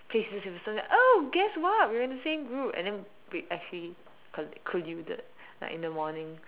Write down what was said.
play scissor paper stone oh guess what we are in the same group and then we actually coll~ colluded like in the morning